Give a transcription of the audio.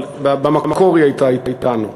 אבל במקור היא הייתה אתנו.